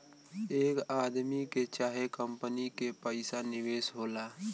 एक आदमी के चाहे कंपनी के पइसा निवेश होला